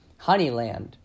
Honeyland